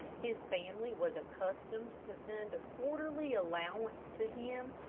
his family was accustomed to send a quarterly allowance to him,